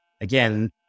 again